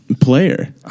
player